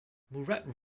murat